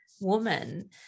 woman